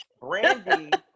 Brandy